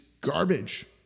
garbage